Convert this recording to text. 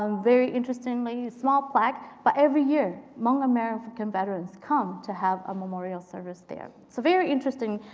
um very interestingly. small plaque. but every year, hmong american veterans come to have a memorial service there. so very interesting